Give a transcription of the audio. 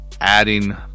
adding